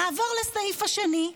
נעבור לסעיף השני,